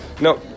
No